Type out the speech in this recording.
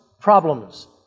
problems